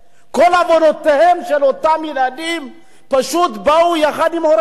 כל עוונותיהם של אותם ילדים הם שפשוט הם באו ביחד עם הוריהם.